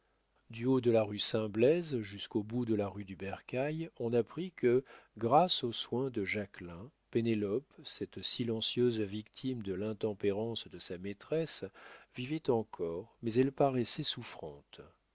du haut de la rue saint blaise jusqu'au bout de la rue du bercail on apprit que grâce aux soins de jacquelin pénélope cette silencieuse victime de l'intempérance de sa maîtresse vivait encore mais elle paraissait souffrante